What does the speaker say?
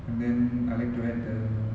and then I like to add the